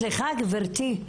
סליחה גבירתי,